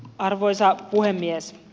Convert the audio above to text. arvoisa puhemies